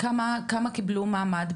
כמה קיבלו מעמד?